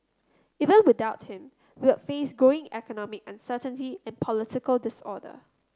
even without him we would face growing economic uncertainty and political disorder